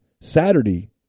Saturday